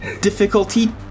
difficulty